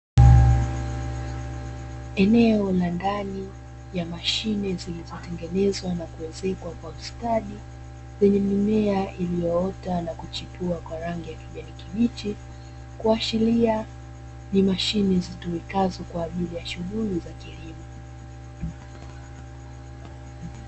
Eneo la ndani la mashine zilizotengenezwa na kuezekwa kwa ustadi lenye mimea iliyoota na kuchipua kwa rangi ya kijani kibichi, kuashiria ni mashine zitumikazo kwa ajili ya shughuli za kilimo.